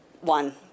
one